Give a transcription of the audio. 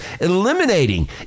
eliminating